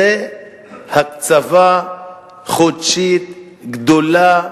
זו הקצבה חודשית גדולה,